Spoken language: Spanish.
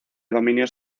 dominios